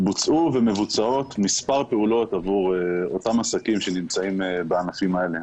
בוצעו ומבוצעות מספר פעולות עבור אותם עסקים שנמצאים בענפים האלה.